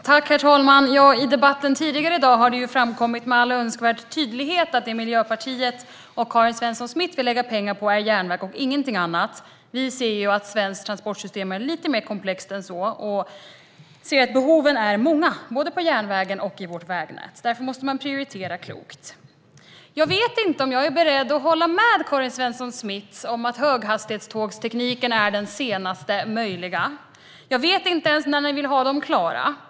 Herr talman! I debatten tidigare i dag har det med all önskvärd tydlighet framkommit att det Miljöpartiet och Karin Svensson Smith vill lägga pengar på är järnväg och inget annat. Vi ser att det svenska transportsystemet är lite mer komplext än så och att behoven är många, både när det gäller järnvägen och vårt vägnät. Därför måste man prioritera klokt. Jag vet inte om jag är beredd att hålla med Karin Svensson Smith om att höghastighetstågstekniken är den senaste möjliga. Jag vet inte ens när ni vill ha höghastighetsjärnvägarna klara.